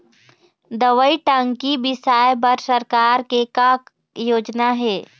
दवई टंकी बिसाए बर सरकार के का योजना हे?